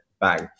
Bang